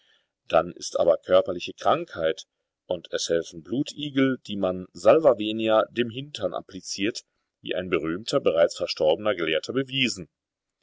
das ist aber körperliche krankheit und es helfen blutigel die man salva venia dem hintern appliziert wie ein berühmter bereits verstorbener gelehrter bewiesen